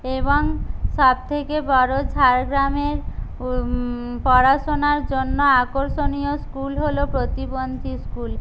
এবং সব থেকে বড় ঝাড়গ্রামের পড়াশোনার জন্য আকর্ষণীয় স্কুল হল প্রতিবন্ধী স্কুল